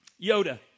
Yoda